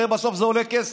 הרי בסוף זה עולה כסף.